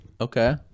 okay